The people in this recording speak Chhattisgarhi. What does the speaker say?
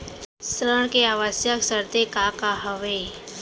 ऋण के आवश्यक शर्तें का का हवे?